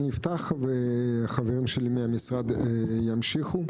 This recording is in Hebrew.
אני אפתח וחברים שלי מהמשרד ימשיכו.